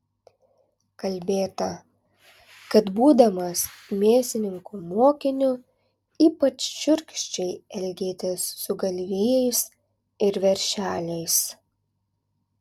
kalbėta kad būdamas mėsininko mokiniu ypač šiurkščiai elgėtės su galvijais ir veršeliais